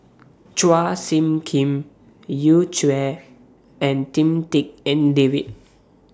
Chua Soo Khim Yu Zhuye and Lim Tik En David